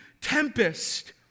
tempest